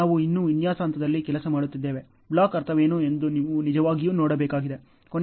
ನಾವು ಇನ್ನೂ ವಿನ್ಯಾಸ ಹಂತದಲ್ಲಿ ಕೆಲಸ ಮಾಡುತ್ತಿದ್ದೇವೆ ಬ್ಲಾಕ್ನ ಅರ್ಥವೇನು ಎಂದು ನಾವು ನಿಜವಾಗಿಯೂ ನೋಡಬೇಕಾಗಿದೆ